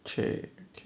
okay